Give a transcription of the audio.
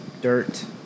dirt